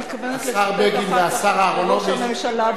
אני מתכוונת לשתף אחר כך את ראש הממשלה,